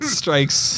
strikes